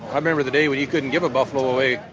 i remember the day when you couldn't give a buffalo away,